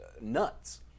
nuts